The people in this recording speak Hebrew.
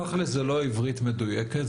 בתכל'ס זה לא עברית מדויקת.